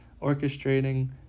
orchestrating